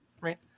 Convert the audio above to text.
right